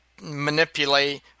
manipulate